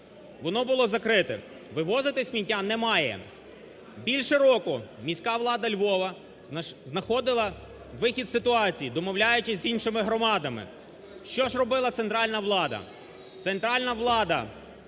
воно було закрите, вивозити сміття не має. Більше року міська влада Львова знаходила вихід із ситуації, домовляючись з іншими громадами. Що ж робила центральна влада?